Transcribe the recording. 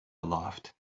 aloft